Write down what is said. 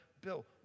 Bill